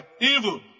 evil